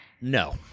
No